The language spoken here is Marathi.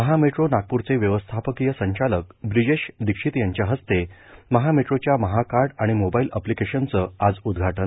महामेट्रो नागपूरचे व्यवस्थापकीय संचालक ब्रिजेश दीक्षित यांच्या हस्ते महामेट्रोच्या महाकार्ड आणि मोबाईल अप्लिकेशनचं आज उद्घाटन